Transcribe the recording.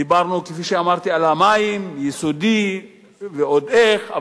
דיברנו, כפי שאמרתי, על המים, יסודי ועוד איך.